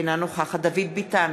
אינה נוכחת דוד ביטן,